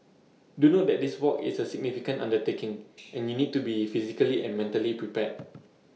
do note that this walk is A significant undertaking and you need to be physically and mentally prepared